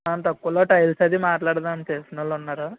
మనం తక్కువులో టైల్స్ అదీ మాట్లాడదాము తెలిసిన వాళ్ళున్నారు